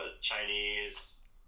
Chinese